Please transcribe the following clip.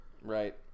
Right